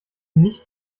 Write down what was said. nicht